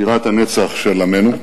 בירת הנצח של עמנו.